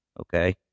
Okay